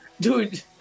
dude